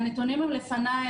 הנתונים לפניי.